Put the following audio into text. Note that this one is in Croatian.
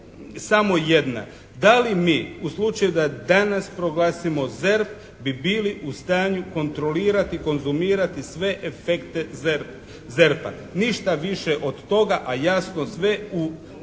samo jedna. Da li mi u slučaju da danas proglasimo ZERP bi bili u stanju kontrolirati, konzumirati sve efekte ZERP-a? Ništa više od toga a jasno sve u